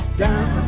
down